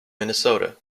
minnesota